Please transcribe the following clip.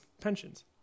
pensions